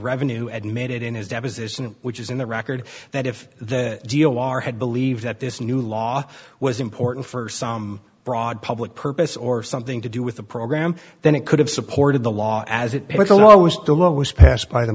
revenue admitted in his deposition which is in the record that if the deal are had believed that this new law was important for some broad public purpose or something to do with the program then it could have supported the law as it was always the law was passed by t